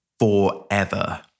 forever